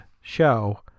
show